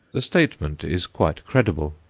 the statement is quite credible.